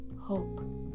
hope